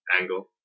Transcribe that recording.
angle